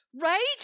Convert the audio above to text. right